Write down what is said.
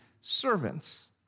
servants